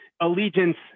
allegiance